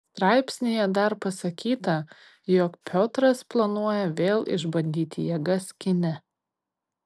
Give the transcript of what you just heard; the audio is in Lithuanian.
straipsnyje dar pasakyta jog piotras planuoja vėl išbandyti jėgas kine